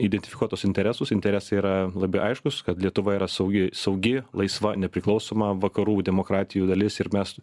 identifikuot tuos interesus interesai yra labai aiškūs kad lietuva yra saugi saugi laisva nepriklausoma vakarų demokratijų dalis ir mes